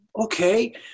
Okay